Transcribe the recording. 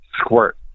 squirt